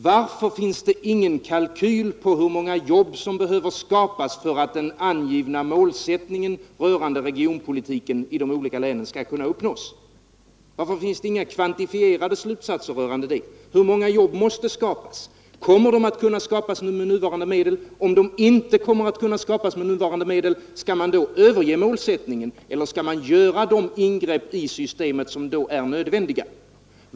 Varför finns det ingen kalkyl på hur många jobb som behöver skapas för att den angivna målsättningen rörande regionpolitiken i de olika länen skall kunna uppnås? Varför finns det inga kvantifierade slutsatser rörande det? Hur många jobb måste skapas? Kommer de att kunna skapas med nuvarande medel? Om de inte kan skapas med nuvarande medel, skall man då överge målsättningen eller skall man göra de ingrepp i systemet som är nödvändiga?